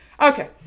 Okay